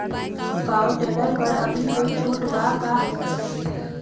Power tiller पर अभी कोई छुट बा का?